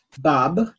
Bob